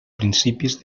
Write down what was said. principis